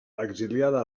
exiliada